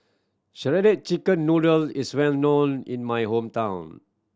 shredded chicken noodle is well known in my hometown